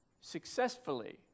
successfully